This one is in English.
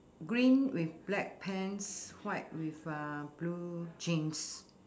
green with black pants white with uh blue jeans